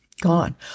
gone